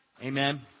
Amen